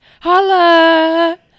Holla